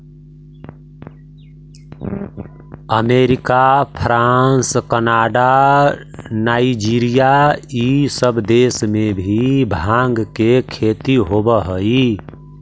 America, France, Canada, Nigeria इ सब देश में भी भाँग के खेती होवऽ हई